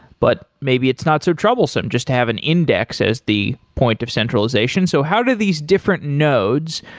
but maybe it's not so troublesome just have an index as the point of centralization. so how do these different nodes,